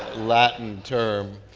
latin term.